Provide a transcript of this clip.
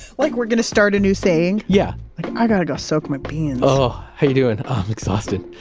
like we're going to start a new saying? yeah i've got to go soak my beans. oh, how you doing? oh, i'm exhausted.